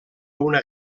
una